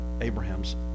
Abraham's